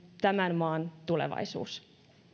tämän maan tulevaisuus